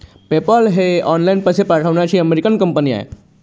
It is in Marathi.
पेपाल ही ऑनलाइन पैसे पाठवण्याची अमेरिकन कंपनी आहे